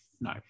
no